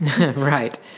right